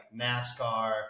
NASCAR